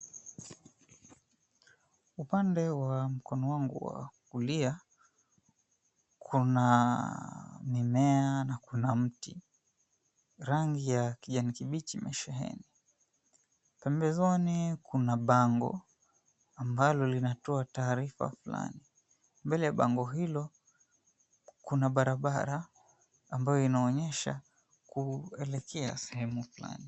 Upande wa mkono wangu wa kulia, kuna mimea na kuna mti. Rangi ya kijani kibichi imesheheni. Pembezoni kuna bango, ambalo linatoa taarifa fulani. Mbele ya bango hilo kuna barabara ambayo inaonyesha kuelekea sehemu fulani.